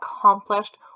accomplished